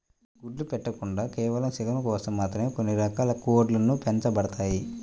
గుడ్లు పెట్టకుండా కేవలం చికెన్ కోసం మాత్రమే కొన్ని రకాల కోడ్లు పెంచబడతాయి